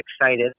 excited